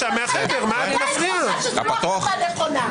שאתה עדיין חושב שזו לא החלטה חשובה.